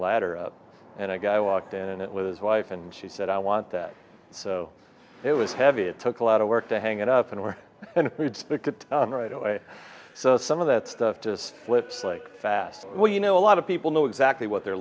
ladder and i guy walked in it with his wife and she said i want that so it was heavy it took a lot of work to hang it up and we're spit good right away some of that stuff just slips like fast well you know a lot of people know exactly what they're